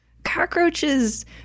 cockroaches